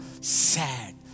sad